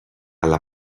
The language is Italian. alla